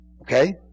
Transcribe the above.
Okay